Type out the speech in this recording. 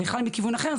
בכלל מכיוון אחר,